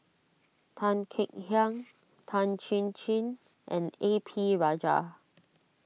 Tan Kek Hiang Tan Chin Chin and A P Rajah